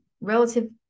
relative